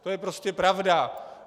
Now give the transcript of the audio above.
To je prostě pravda.